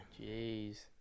Jeez